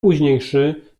późniejszy